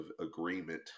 agreement